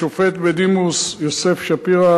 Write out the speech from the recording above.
השופט בדימוס יוסף שפירא.